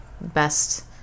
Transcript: best